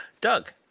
Doug